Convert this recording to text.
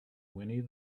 winnie